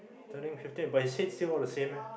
turning fifty but his head all still the same leh